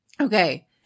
Okay